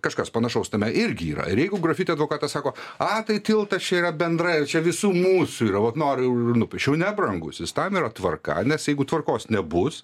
kažkas panašaus tame irgi yra ir jeigu grafiti advokatas sako a tai tiltas čia yra bendra jau čia visų mūsų yra vat noriu ir nupiešiau ne brangusis tam yra tvarka nes jeigu tvarkos nebus